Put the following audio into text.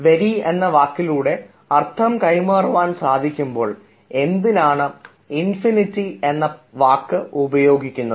very എന്ന വാക്കിലൂടെ അർത്ഥം കൈമാറാൻ സാധിക്കുമ്പോൾ എന്തിനാണ് ഇൻഫിനിറ്റി എന്ന വാക്ക് ഉപയോഗിക്കുന്നത്